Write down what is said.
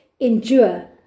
endure